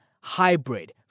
hybrid